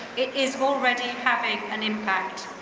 it is already having an impact.